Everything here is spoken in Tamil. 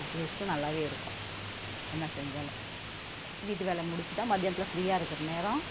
டேஸ்ட்டும் நல்லாவே இருக்கும் என்னா செஞ்சாலும் வீட்டு வேலை முடிச்சுட்டா மத்தியானத்தில் ஃப்ரீயாக இருக்கிற நேரம்